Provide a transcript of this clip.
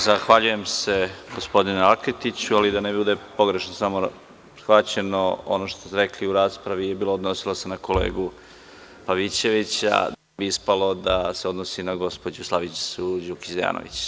Zahvaljujem se gospodine Laketiću, ali da ne bude samo pogrešno shvaćeno, ono što ste rekli u raspravi odnosilo se na kolegu Pavićevića, ispalo je da se odnosi na gospođu Slavicu Đukić Dejanović.